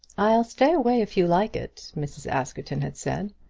i'll stay away if you like it, mrs. askerton had said.